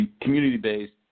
community-based